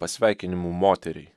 pasveikinimų moteriai